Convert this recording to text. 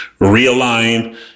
realign